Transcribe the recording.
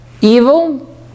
evil